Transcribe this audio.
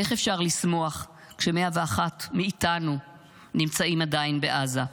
ואיך אפשר לשמוח כש-101 מאיתנו נמצאים עדיין בעזה.